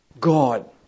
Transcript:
god